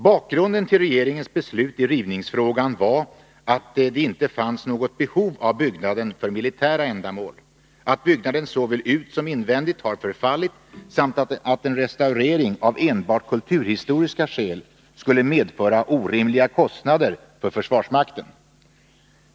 Bakgrunden till regeringens beslut i rivningsfrågan var att det inte fanns något behov av byggnaden för militära ändamål, att byggnaden såväl utsom invändigt har förfallit samt att en restaurering av enbart kulturhistoriska skäl skulle medföra orimliga kostnader för försvarsmakten.